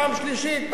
פעם שלישית,